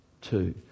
two